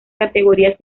categorías